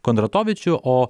kondratovičių o